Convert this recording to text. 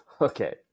Okay